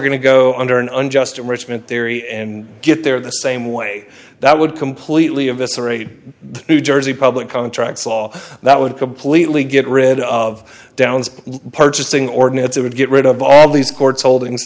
going to go under an unjust enrichment theory and get there the same way that would completely eviscerate new jersey public contracts law that would completely get rid of downs purchasing ordinance it would get rid of all these courts holding